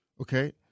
Okay